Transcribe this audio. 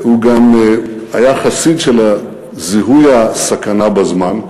הוא גם היה חסיד של זיהוי הסכנה בזמן.